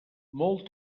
molt